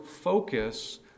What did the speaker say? focus